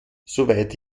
soweit